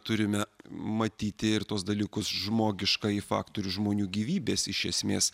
turime matyti ir tuos dalykus žmogiškąjį faktorių žmonių gyvybės iš esmės